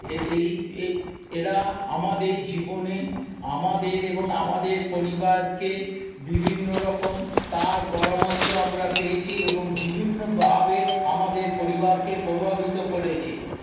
এ এ এই এরা আমাদের জীবনে আমাদের এবং আমাদের পরিবারকে বিভিন্ন রকম তার পরামর্শ আমরা পেয়েছি এবং বিভিন্নভাবে আমাদের পরিবারকে প্রভাবিত করেছেন